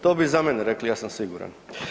To bi i za mene rekli ja sam siguran.